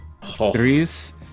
threes